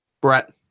Brett